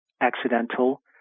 accidental